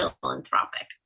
philanthropic